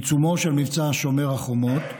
בעיצומו של מבצע שומר החומות,